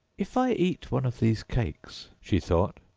if i eat one of these cakes she thought,